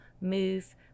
move